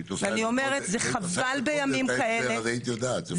אם היית עושה את זה קודם היית יודעת.